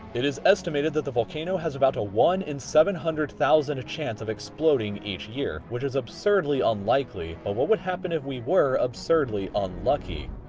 it is estimated that the volcano has about a one in seven hundred thousand a chance of exploding each year, which is absurdly unlikely, but what would happen if we were absurdly unlucky?